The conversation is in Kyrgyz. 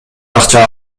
акча